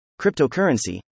cryptocurrency